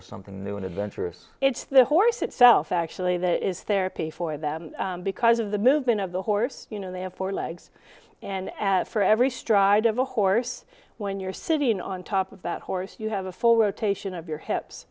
is something new and adventurous it's the horse itself actually that is therapy for them because of the movement of the horse you know they have four legs and as for every stride of a horse when you're sitting on top of that horse you have a full rotation of your hips